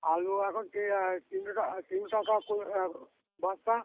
আলু এখন তিন তিনশো টা তিনশো কা কু বস্তা